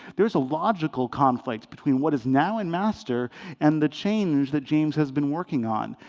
there is a logical conflict between what is now in master and the change that james has been working on.